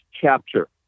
capture